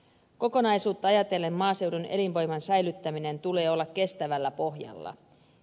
kokonaisuutta ajatellen maaseudun elinvoiman säilyttäminen tulee olla kestävällä pohjalla